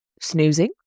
snoozing